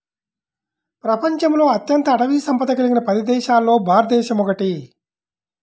ప్రపంచంలో అత్యంత అటవీ సంపద కలిగిన పది దేశాలలో భారతదేశం ఒకటి